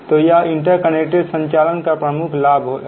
तो यह इंटरकनेक्टेड संचालन का प्रमुख लाभ है